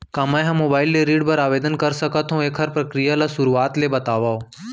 का मैं ह मोबाइल ले ऋण बर आवेदन कर सकथो, एखर प्रक्रिया ला शुरुआत ले बतावव?